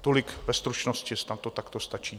Tolik ve stručnosti, snad to takto stačí.